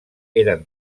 eren